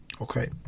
Okay